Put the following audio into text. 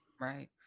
right